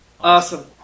awesome